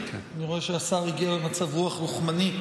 אני רואה שהשר הגיע במצב רוח לוחמני,